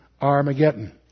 Armageddon